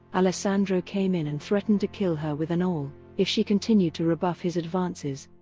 alessandro came in and threatened to kill her with an awl if she continued to rebuff his advances.